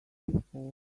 before